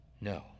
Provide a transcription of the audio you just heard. No